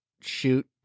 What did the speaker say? shoot